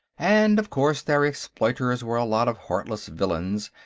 and, of course, their exploiters were a lot of heartless villains,